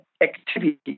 activity